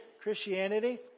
Christianity